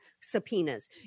subpoenas